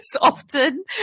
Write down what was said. often